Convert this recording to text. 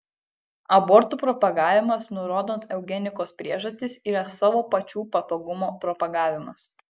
abortų propagavimas nurodant eugenikos priežastis yra savo pačių patogumo propagavimas